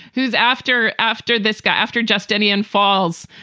who's after after this guy, after justinian falls?